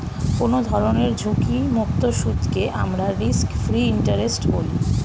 কোনো ধরনের ঝুঁকিমুক্ত সুদকে আমরা রিস্ক ফ্রি ইন্টারেস্ট বলি